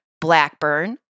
Blackburn